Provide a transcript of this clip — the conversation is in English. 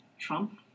Trump